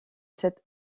cette